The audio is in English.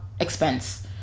expense